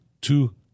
two